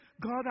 God